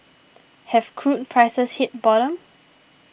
have crude prices hit bottom